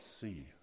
see